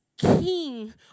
king